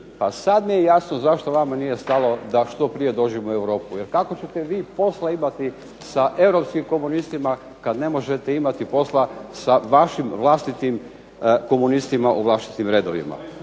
pa sad mi je jasno zašto vama nije stalo da što prije dođemo u Europu, jer kako ćete vi posla imati sa europskim komunistima, kad ne možete imati posla sa vašim vlastitim komunistima u vlastitim redovima.